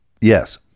Yes